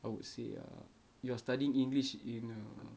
I would say uh you're studying english in a